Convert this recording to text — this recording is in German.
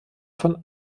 von